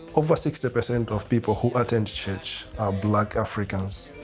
over sixty percent of people who attend church are black africans,